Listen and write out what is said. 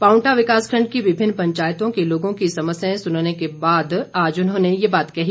पावंटा विकास खंड की विभिन्न पंचायतों के लोगों की समस्याएं सुनने के बाद आज उन्होंने ये बात कही